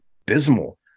abysmal